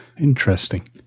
Interesting